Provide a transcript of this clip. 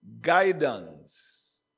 guidance